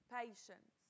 patience